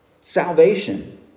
salvation